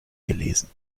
gelesen